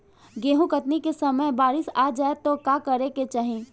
गेहुँ कटनी के समय बारीस आ जाए तो का करे के चाही?